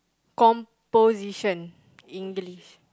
composition English